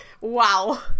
wow